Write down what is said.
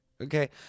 okay